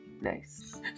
nice